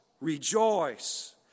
rejoice